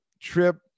trip